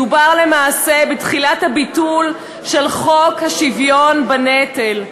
מדובר למעשה בתחילת הביטול של חוק השוויון בנטל.